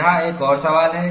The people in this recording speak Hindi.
यह एक और सवाल है